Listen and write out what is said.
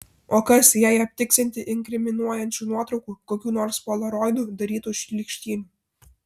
o kas jei aptiksianti inkriminuojančių nuotraukų kokių nors polaroidu darytų šlykštynių